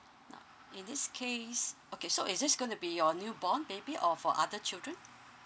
now in this case okay so it's just gonna be your new born baby or for other children